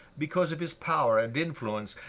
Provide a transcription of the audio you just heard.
because of his power and influence,